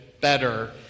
better